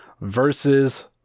versus